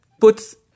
puts